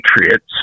patriots